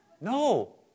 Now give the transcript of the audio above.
No